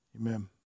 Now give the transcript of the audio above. Amen